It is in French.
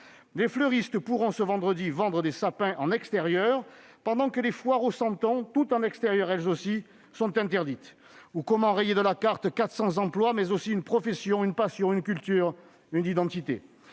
les fleuristes pourront, ce vendredi, vendre des sapins en extérieur, pendant que les foires aux santons, toutes en extérieur elles aussi, sont interdites. Ou comment rayer de la carte quatre cents emplois, mais aussi une profession, une passion, une culture, une identité